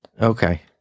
okay